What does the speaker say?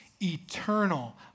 eternal